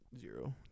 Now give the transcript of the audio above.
zero